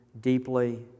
deeply